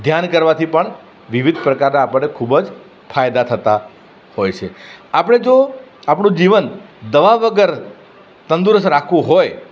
ધ્યાન કરવાથી પણ વિવિધ પ્રકારના આપણને ખૂબ જ ફાયદા થતા હોય છે આપણે જો આપણું જીવન દવા વગર તંદુરસ્ત રાખવું હોય